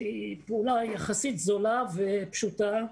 שהיא פעולה יחסית זולה ופשוטה,